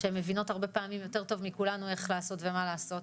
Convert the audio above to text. הן מבינות הרבה פעמים יותר טוב מכולנו איך לעשות ומה לעשות.